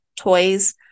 toys